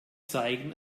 zeigen